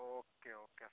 okay okay എന്നാൽ